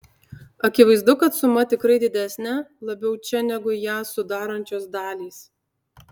akivaizdu kad suma tikrai didesnė labiau čia negu ją sudarančios dalys